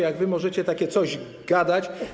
Jak wy możecie takie coś gadać?